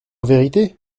vérité